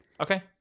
Okay